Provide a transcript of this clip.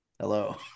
Hello